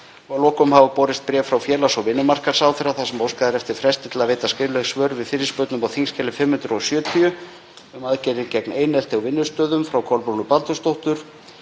lokum hafa borist bréf frá félags- og vinnumarkaðsráðherra þar sem óskað er eftir fresti til að veita skrifleg svör við fyrirspurnum á þskj. 570, um aðgerðir gegn einelti á vinnustöðum, frá Kolbrúnu Baldursdóttur,